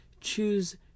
Choose